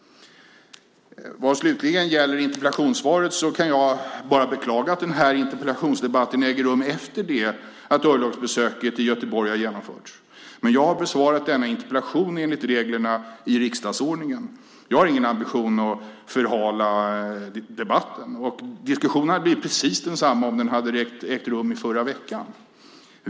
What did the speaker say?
Vad slutligen gäller interpellationssvaret kan jag bara beklaga att den här interpellationsdebatten äger rum efter det att örlogsbesöket i Göteborg har genomförts. Men jag har besvarat denna interpellation enligt reglerna i riksdagsordningen. Jag har ingen ambition att förhala debatten. Diskussionen hade blivit precis densamma om den hade ägt rum i förra veckan.